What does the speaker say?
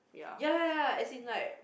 ya ya ya as in like